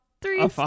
three